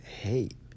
Hate